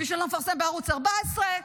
מי שלא מפרסם בערוץ 14,